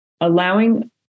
Allowing